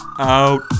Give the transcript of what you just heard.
out